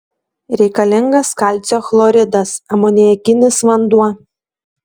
reikalingas kalcio chloridas amoniakinis vanduo